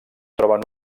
troben